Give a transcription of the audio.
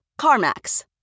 CarMax